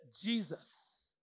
Jesus